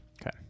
Okay